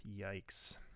Yikes